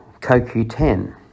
CoQ10